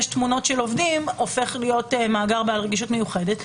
תמונות של עובדים הופך להיות מאגר בעל רגישות מיוחדת.